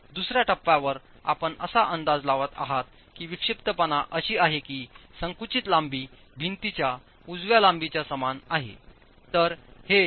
दुसर्या टप्प्यावर आपण असा अंदाज लावत आहात की विक्षिप्तपणा अशी आहे की संकुचित लांबी भिंतीच्या उजव्या लांबीच्या समान आहे